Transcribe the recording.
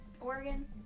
Oregon